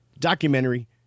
documentary